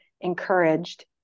encouraged